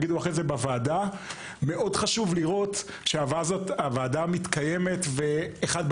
מאוד חשוב לראות שהוועדה מתקיימת: אחד,